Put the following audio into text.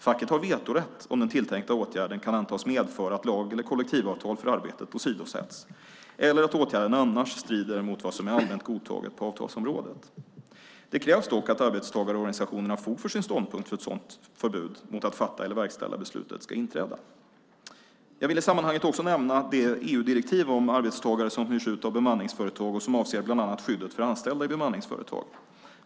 Facket har vetorätt om den tilltänkta åtgärden kan antas medföra att lag eller kollektivavtal för arbetet åsidosätts eller om åtgärden annars strider mot vad som är allmänt godtaget på avtalsområdet. Det krävs dock att arbetstagarorganisationen har fog för sin ståndpunkt för att ett sådant förbud mot att fatta eller verkställa beslutet ska inträda. Jag vill i sammanhanget också nämna det EU-direktiv om arbetstagare som hyrs ut av bemanningsföretag och som avser bland annat skyddet för anställda i bemanningsföretag.